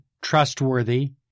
trustworthy